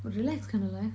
relaxed kind of life